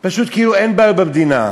פשוט כאילו אין בעיה במדינה.